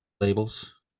labels